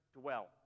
dwell